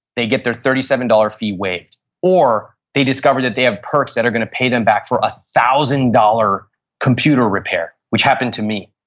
they get their thirty seven dollars fee waived or they discover that they have perks that are going to pay them back for a thousand dollar computer repair which happened to me.